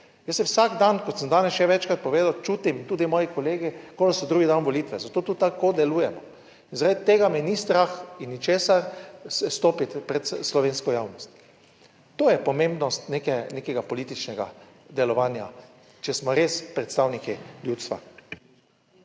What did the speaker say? Jaz se vsak dan, kot sem danes že večkrat povedal, čutim, tudi moji kolegi kot so drugi dan volitve, zato tudi tako delujemo in zaradi tega me ni strah in ničesar stopiti pred slovensko javnost, to je pomembnost nekega političnega delovanja, če smo res predstavniki ljudstva.